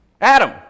Adam